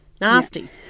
nasty